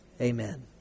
Amen